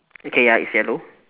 okay ya it's yellow